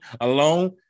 alone